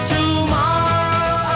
Tomorrow